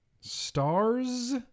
Stars